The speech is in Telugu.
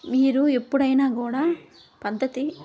మీరు ఎప్పుడైనా కూడా పద్ధతి